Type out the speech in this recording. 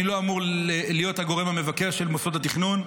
אני לא אמור להיות הגורם המבקר של מוסדות התכנון.